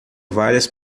várias